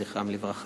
זכרם לברכה.